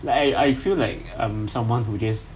like I I feel like I'm someone who just